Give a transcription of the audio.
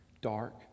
dark